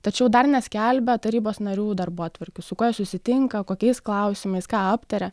tačiau dar neskelbia tarybos narių darbotvarkių su kuo jie susitinka kokiais klausimais ką aptaria